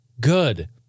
good